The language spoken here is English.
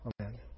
amen